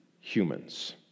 humans